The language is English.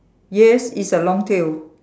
yes it's a long tail